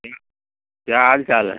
क्या क्या हाल चाल है